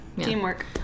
Teamwork